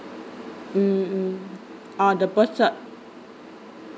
mm mm uh the birth cert